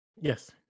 Yes